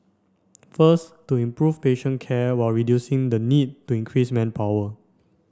first to improve patient care while reducing the need to increase manpower